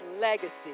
legacy